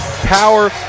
Power